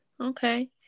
okay